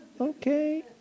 okay